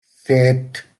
sept